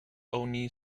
only